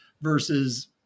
versus